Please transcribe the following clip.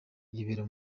yibera